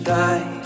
die